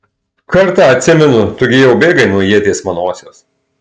kartą atsimenu tu gi jau bėgai nuo ieties manosios